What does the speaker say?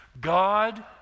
God